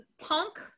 punk